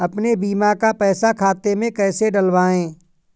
अपने बीमा का पैसा खाते में कैसे डलवाए?